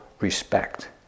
respect